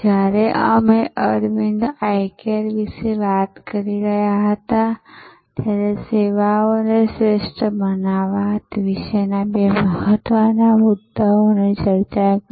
જ્યારે અમે Aravind eye care વિશે ચર્ચા કરી ત્યારે અમે સેવાઓને શ્રેષ્ઠ બનાવવા વિશેના બે મહત્વના મુદ્દાઓની ચર્ચા કરી